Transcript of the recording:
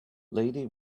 lady